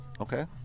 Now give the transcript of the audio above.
Okay